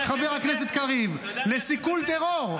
חבר הכנסת קריב, לסיכול טרור,